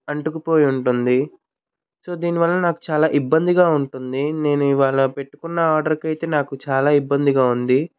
అంటుకుపోయి ఉంటుంది సో దీనివల్ల నాకు చాలా ఇబ్బందిగా ఉంటుంది నేను ఇవాళ పెట్టుకున్న ఆర్డరకైతే నాకు చాలా ఇబ్బందిగా ఉంది